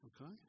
okay